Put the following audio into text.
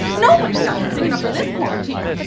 nobody's house is big enough for this quarantine,